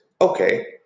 okay